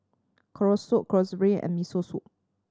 Kalguksu Chorizo and Miso Soup